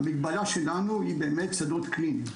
המגבלה שלנו היא שדות קליניים.